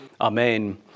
Amen